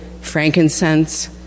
frankincense